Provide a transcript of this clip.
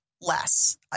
less